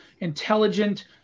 intelligent